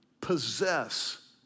possess